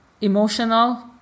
emotional